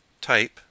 type